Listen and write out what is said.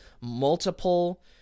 multiple